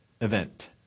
event